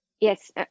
Yes